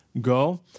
go